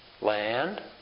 Land